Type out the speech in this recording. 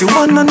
one